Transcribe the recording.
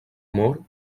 amor